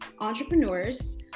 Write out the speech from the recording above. entrepreneurs